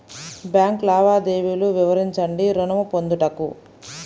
Bank లావాదేవీలు వివరించండి ఋణము పొందుటకు?